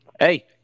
Hey